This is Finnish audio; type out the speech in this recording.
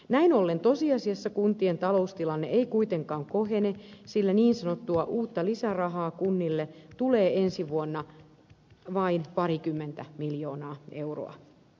näin ollen tosiasiassa kuntien taloustilanne ei kuitenkaan kohene sillä niin sanottua uutta lisärahaa kunnille tulee ensi vuonna vain parikymmentä miljoonaa euroa